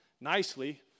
nicely